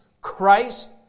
Christ